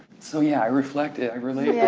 so yeah i reflect it, i relate. yeah